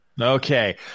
Okay